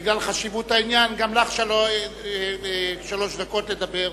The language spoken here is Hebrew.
בגלל חשיבות העניין, גם לך שלוש דקות לדבר,